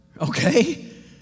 Okay